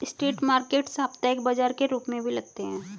street market साप्ताहिक बाजार के रूप में भी लगते हैं